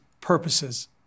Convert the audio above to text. purposes